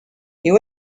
you